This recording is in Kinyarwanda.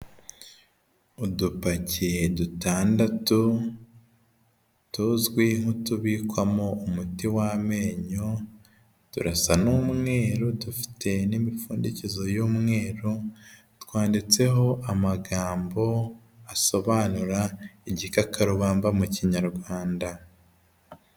Udupaki dutandatu tuzwi nk'utubikwamo umuti w'amenyo turasa n'umweru dufite n'imipfundikizo y'umweruro, twanditseho amagambo asobanura igikakarubamba mu Kinyarwanda.